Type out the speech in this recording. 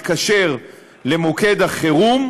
ברגע שאדם מתקשר למוקד החירום,